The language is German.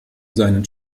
seinen